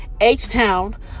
H-Town